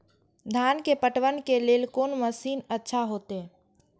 धान के पटवन के लेल कोन मशीन अच्छा होते?